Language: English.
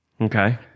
Okay